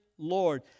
Lord